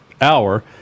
hour